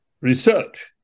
research